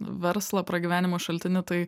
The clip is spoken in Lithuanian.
verslą pragyvenimo šaltinį tai